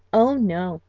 oh, no,